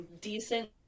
decent